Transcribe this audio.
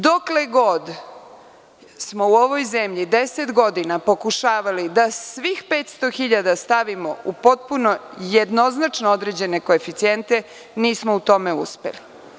Dokle god smo u ovoj zemlji deset godina pokušavali da svih 500.000 stavimo u potpuno jednoznačno određene koeficijente, nismo u tome uspeli.